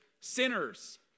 sinners